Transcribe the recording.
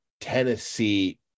Tennessee